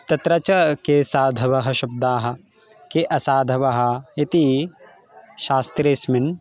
तत्र च के साधवः शब्दाः के असाधवः इति शास्त्रेस्मिन्